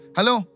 Hello